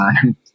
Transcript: time